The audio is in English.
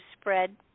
spread